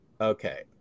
okay